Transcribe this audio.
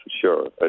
sure